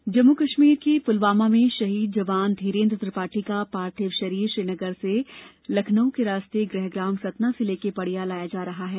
शहीद जम्मू कश्मीर के पुलवामा में शहीद जवान धीरेन्द्र त्रिपाठी का पार्थिव शरीर श्रीनगर से लखनऊ के रास्ते गृहग्राम सतना जिले के पड़िया लाया जा रहा है